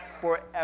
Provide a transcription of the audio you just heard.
Forever